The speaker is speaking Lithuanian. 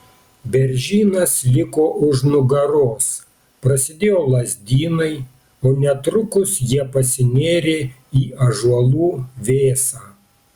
beržynas liko už nugaros prasidėjo lazdynai o netrukus jie pasinėrė į ąžuolų vėsą